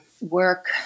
work